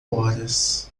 horas